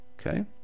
Okay